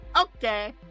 Okay